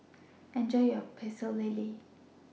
Enjoy your Pecel Lele